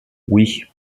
oui